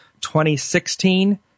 2016